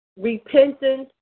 repentance